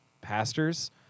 pastors